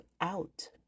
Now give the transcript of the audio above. out